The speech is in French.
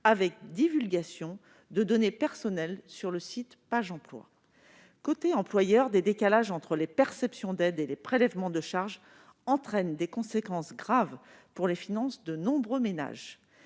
la divulgation de données personnelles sur le site Pajemploi. Du côté des employeurs, des décalages entre les perceptions d'aides et les prélèvements de charges entraînent des conséquences graves pour les finances de nombreux ménages.